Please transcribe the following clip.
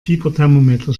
fieberthermometer